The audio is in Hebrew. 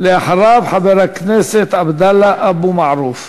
אחריו חבר הכנסת עבדאללה אבו מערוף.